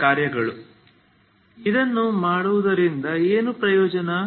ಕಾರ್ಯಗಳು ಇದನ್ನು ಮಾಡುವುದರಿಂದ ಏನು ಪ್ರಯೋಜನ